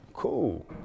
Cool